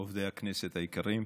עובדי הכנסת היקרים,